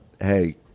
hey